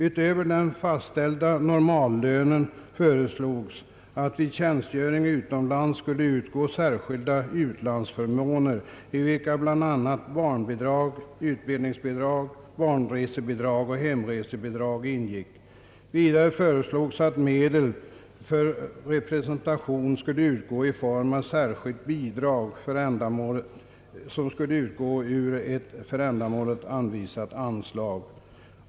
Utöver den fastställda normallönen föreslogs att vid tjänstgöring utomlands skulle utgå särskilda utlandsförmåner, i vilka bl.a. barnbidrag, utbildningsbidrag, barnresebidrag och hemresebidrag ingick. Vidare föreslogs att medel för representation skulle utgå i form av särskilda bidrag ur ett för ändamålet anvisat anslag.